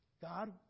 God